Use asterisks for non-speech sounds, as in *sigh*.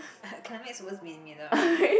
*laughs* climax suppose to be in the middle right